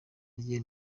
rye